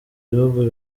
ibihugu